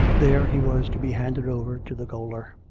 there he was to be handed over to the gaoler.